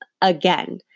again